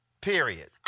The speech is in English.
Period